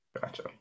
Gotcha